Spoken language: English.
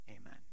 amen